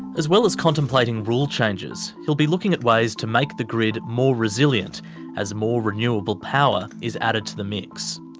as well as contemplating rule changes, he'll be looking at ways to make the grid more resilient as more renewable power is added to the mix.